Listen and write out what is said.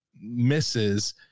misses